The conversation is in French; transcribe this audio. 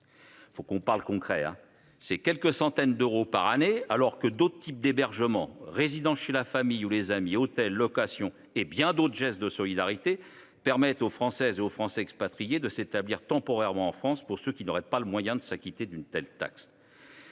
concrets : il s'agit de quelques centaines d'euros par année, alors que d'autres types d'hébergement- résidence chez la famille ou les amis, hôtel, location, accueil solidaire -permettent aux Françaises et aux Français expatriés de s'établir temporairement en France, pour ceux qui n'auraient pas les moyens de s'acquitter d'une telle taxe.